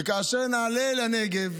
וכאשר נעלה אל הנגב,